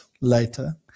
later